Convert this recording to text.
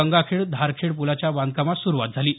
गंगाखेड धारखेड पूलाच्या बांधकामास सुरुवात झाली आहे